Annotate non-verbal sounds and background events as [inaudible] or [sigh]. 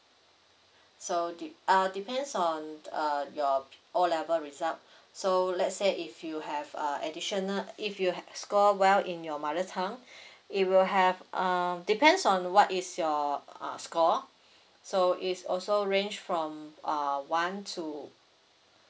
so de~ uh depends on uh your o level result so let's say if you have uh additional if you ha~ score well in your mother tongue [breath] it will have um depends on what is your uh score so is also range from uh one to